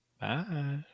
Bye